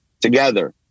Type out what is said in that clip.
together